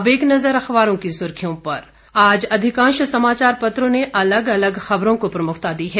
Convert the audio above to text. अब एक नजर अखबारों की सुर्खियों पर आज अधिकांश समाचार पत्रों ने अलग अलग खबरों को प्रमुखता दी है